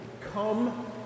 come